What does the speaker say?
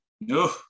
No